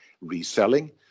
reselling